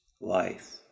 life